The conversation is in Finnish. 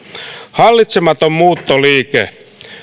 hallitsematon muuttoliike